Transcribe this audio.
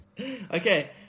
Okay